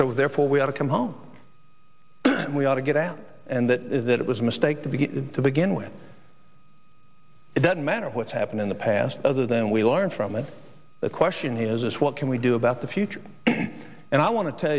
so therefore we have to come home and we ought to get out and that is that it was a mistake to begin to begin with it doesn't matter what's happened in the past other than we learn from it the question is what can we do about the future and i want to tell